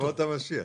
ימות המשיח.